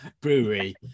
Brewery